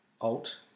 ALT